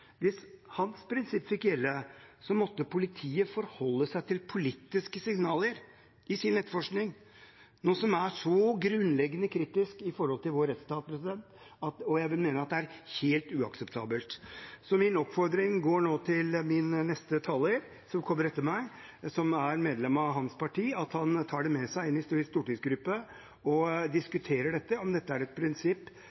Hvis hans prinsipp fikk gjelde, måtte politiet forholdt seg til politiske signaler i sin etterforskning, noe som er så grunnleggende kritisk for vår rettsstat at jeg vil mene at det er helt uakseptabelt. Min oppfordring går nå til neste taler etter meg, som er medlem av hans parti: at han tar det med seg inn i stortingsgruppen og